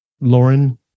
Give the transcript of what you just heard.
Lauren